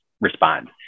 respond